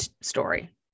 story